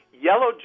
Yellow